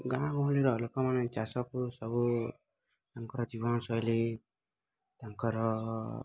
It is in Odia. ଗାଁ ଗହଳିର ଲୋକମାନେ ଚାଷକୁ ସବୁ ତାଙ୍କର ଜୀବନଶୈଳୀ ତାଙ୍କର